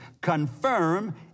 Confirm